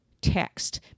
text